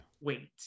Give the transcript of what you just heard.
Wait